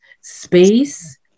space